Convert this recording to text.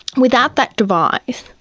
without that device,